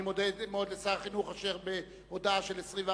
אני מודה מאוד לשר החינוך אשר בהודעה של 24